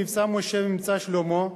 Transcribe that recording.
"מבצע משה" ו"מבצע שלמה",